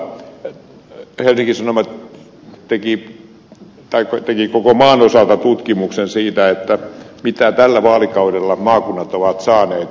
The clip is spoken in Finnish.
varsinais suomen osalta helsingin sanomat teki teki koko maan osalta tutkimuksen siitä mitä tällä vaalikaudella maakunnat ovat saaneet